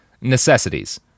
necessities